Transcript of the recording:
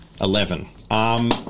Eleven